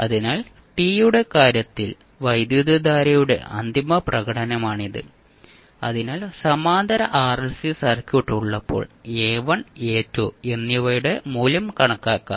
അതിനാൽ ടി യുടെ കാര്യത്തിൽ വൈദ്യുതധാരയുടെ അന്തിമ പ്രകടനമാണിത് അതിനാൽ സമാന്തര ആർഎൽസി സർക്യൂട്ട് ഉള്ളപ്പോൾ എ 1 എ 2 എന്നിവയുടെ മൂല്യം കണക്കാക്കാം